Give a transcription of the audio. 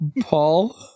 Paul